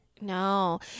No